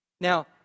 Now